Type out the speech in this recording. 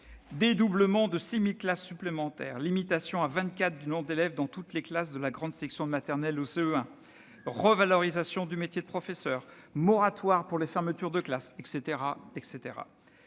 dédoublement de 6 000 classes supplémentaires, limitation à 24 du nombre d'élèves dans toutes les classes de la grande section de maternelle au CE1, revalorisation du métier de professeur, moratoire pour la fermeture des classes, etc.